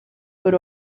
por